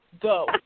go